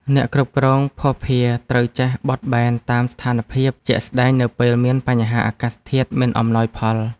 អ្នកគ្រប់គ្រងភស្តុភារត្រូវចេះបត់បែនតាមស្ថានភាពជាក់ស្តែងនៅពេលមានបញ្ហាអាកាសធាតុមិនអំណោយផល។